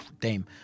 dame